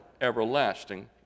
everlasting